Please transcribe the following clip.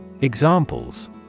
Examples